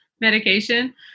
medication